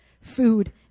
food